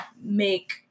make